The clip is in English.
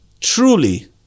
truly